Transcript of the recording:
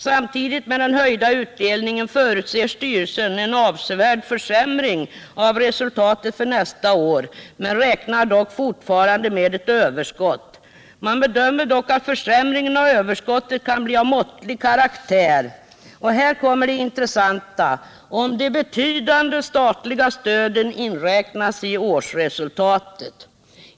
Samtidigt med den höjda utdelningen förutser styrelsen en avsevärd försämring av resultatet för nästa år men räknar dock med ett överskott. Man bedömer dock att försämringen av överskottet kan bli av måttlig karaktär — och här kommer det intressanta — om de betydande statliga stöden inräknas i årsresultatet.